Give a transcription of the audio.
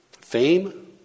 Fame